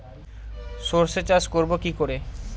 সর্ষে চাষ করব কি করে?